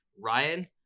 ryan